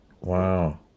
Wow